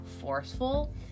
forceful